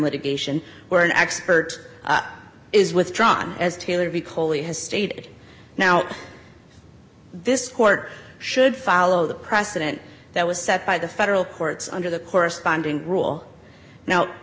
litigation where an expert is withdrawn as taylor v kohli has stated now this court should follow the precedent that was set by the federal courts under the corresponding rule no